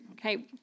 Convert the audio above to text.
Okay